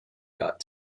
got